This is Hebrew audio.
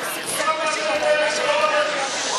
(חבר הכנסת אורן אסף חזן יוצא מאולם